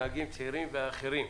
נהגים צעירים ואחרים,